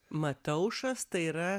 mataušas tai yra